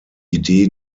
idee